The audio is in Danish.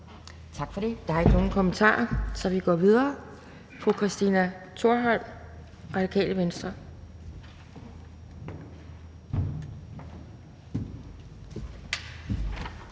Tak for det. Der er ikke nogen kommentarer, så vi går videre. Fru Christina Thorholm, Radikale Venstre.